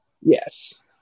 yes